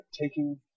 taking